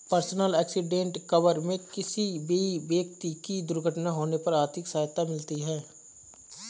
personal accident cover में किसी भी व्यक्ति की दुर्घटना होने पर आर्थिक सहायता मिलती है